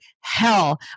hell